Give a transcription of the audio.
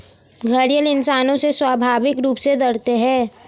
घड़ियाल इंसानों से स्वाभाविक रूप से डरते है